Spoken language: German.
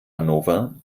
hannover